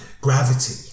Gravity